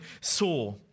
saw